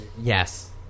Yes